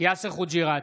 יאסר חוג'יראת,